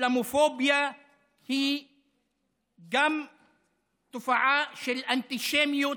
אסלאמופוביה גם היא תופעה של אנטישמיות,